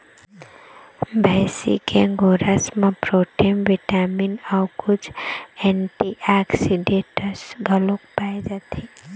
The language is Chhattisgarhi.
भइसी के गोरस म प्रोटीन, बिटामिन अउ कुछ एंटीऑक्सीडेंट्स घलोक पाए जाथे